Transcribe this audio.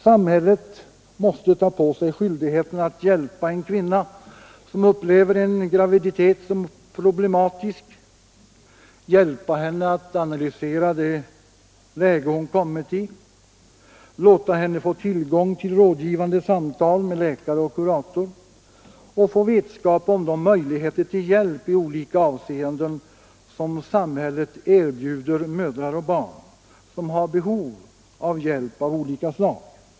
Samhället måste ta på sig skyldigheten att hjälpa en kvinna som upplever en graviditet som problematisk, hjälpa henne att analysera det läge hon kommit i, låta henne få tillgång till rådgivande samtal med läkare och kurator och få vetskap om de möjligheter till hjälp i olika avseenden som samhället erbjuder mödrar och barn, som har behov av hjälp av olika slag.